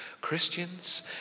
Christians